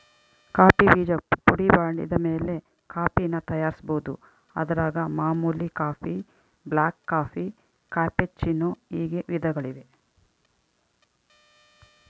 coffee ಬೀಜ ಪುಡಿಮಾಡಿದಮೇಲೆ ಕಾಫಿನ ತಯಾರಿಸ್ಬೋದು, ಅದರಾಗ ಮಾಮೂಲಿ ಕಾಫಿ, ಬ್ಲಾಕ್ಕಾಫಿ, ಕ್ಯಾಪೆಚ್ಚಿನೋ ಹೀಗೆ ವಿಧಗಳಿವೆ